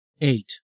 Eight